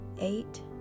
Eight